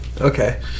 Okay